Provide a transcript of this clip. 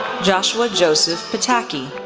joshua joseph pataky,